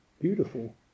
beautiful